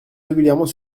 régulièrement